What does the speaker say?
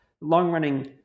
long-running